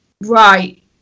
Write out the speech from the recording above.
right